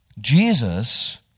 Jesus